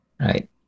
Right